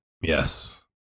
yes